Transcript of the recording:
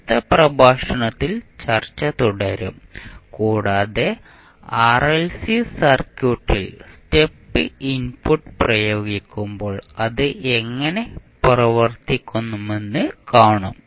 അടുത്ത പ്രഭാഷണത്തിൽ ചർച്ച തുടരും കൂടാതെ ആർഎൽസി സർക്യൂട്ടിൽ സ്റ്റെപ്പ് ഇൻപുട്ട് പ്രയോഗിക്കുമ്പോൾ അത് എങ്ങനെ പ്രവർത്തിക്കുമെന്ന് കാണും